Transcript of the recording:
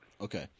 Okay